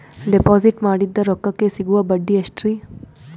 Deposit ಮಾಡಿದ ರೊಕ್ಕಕೆ ಸಿಗುವ ಬಡ್ಡಿ ಎಷ್ಟ್ರೀ?